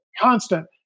constant